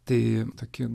tai toki